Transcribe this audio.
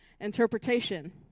Interpretation